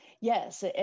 Yes